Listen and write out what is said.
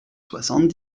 soixante